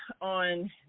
on